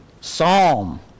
Psalm